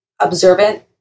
observant